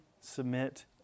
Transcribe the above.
submit